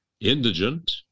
indigent